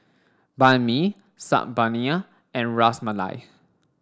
Banh Mi Saag Paneer and Ras Malai